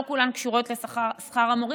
לא כולן קשורות לשכר המורים,